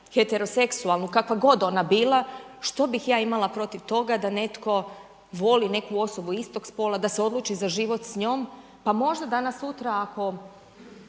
heteroseksualnu kakva god ona bila, što bih ja imala protiv toga da netko voli neku osobu istog spola, da se odluči za život s njom, pa možda danas-sutra ako